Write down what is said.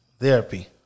therapy